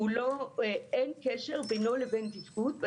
אין קשר בינו לבין תפקוד.